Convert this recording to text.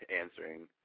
answering